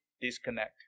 disconnect